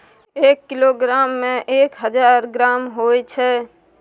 एक किलोग्राम में एक हजार ग्राम होय छै